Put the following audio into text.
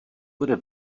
bude